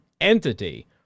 entity